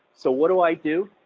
so what do i do?